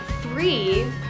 three